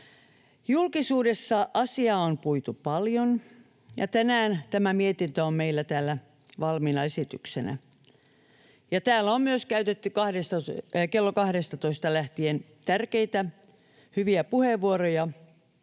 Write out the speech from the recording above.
Julkisuudessa asiaa on puitu paljon, ja tänään tämä mietintö on meillä täällä valmiina esityksenä. Täällä on myös käytetty kello 12:sta lähtien tärkeitä, hyviä puheenvuoroja.